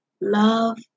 love